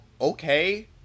okay